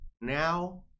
Now